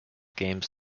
games